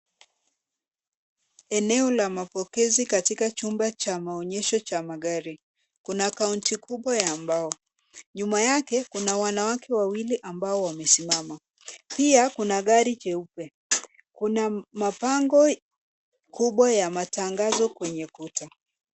Eneo la mapokezi katika chumba cha maonyesho cha magari. Kuna kaunti kubwa ya mbao. Nyuma yake kuna wanawake wawili ambao wamesimama, pia kuna gari jeupe. Kuna mabango kubwa ya matangazo kwenye kuta.